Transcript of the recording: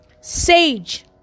sage